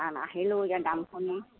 কাৰণ আহিলেও এতিয়া দাম শুনি